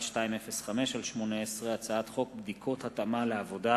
זכויות התלמיד (תיקון, חשד להפרת טוהר הבחינות),